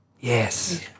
Yes